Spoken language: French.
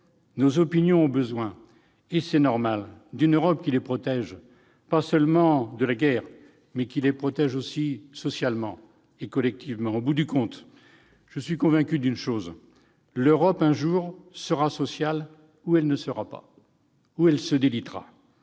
Nos opinions ont besoin, et c'est normal, d'une Europe qui les protège, non seulement de la guerre, mais aussi socialement et collectivement. Au bout du compte, je suis convaincu d'une chose : l'Europe sera un jour sociale ou elle ne sera pas, ou elle se délitera.